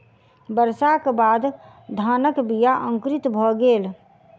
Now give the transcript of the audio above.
वर्षा के बाद धानक बीया अंकुरित भअ गेल